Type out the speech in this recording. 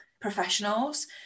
professionals